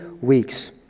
weeks